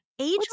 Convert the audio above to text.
Age